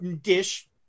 dish